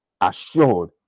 assured